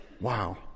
Wow